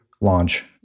launch